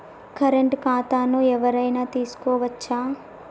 Current ఖాతాను ఎవలైనా తీసుకోవచ్చా?